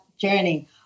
journey